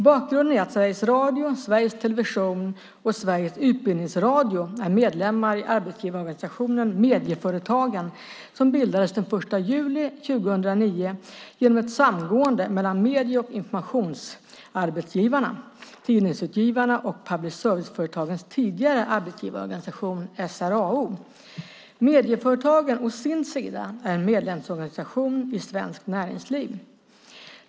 Bakgrunden är att Sveriges Radio, Sveriges Television och Sveriges Utbildningsradio är medlemmar i arbetsgivarorganisationen Medieföretagen, som bildades den 1 juli 2009 genom ett samgående mellan Medie och informationsarbetsgivarna, Tidningsutgivarna och public service-företagens tidigare arbetsgivarorganisation SRAO. Medieföretagen är en medlemsorganisation i Svenskt Näringsliv.